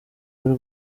y’u